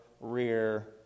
rear